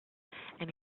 and